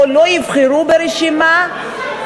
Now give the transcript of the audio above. או לא יבחרו ברשימה?